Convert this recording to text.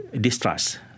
distrust